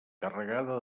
carregada